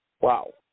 Wow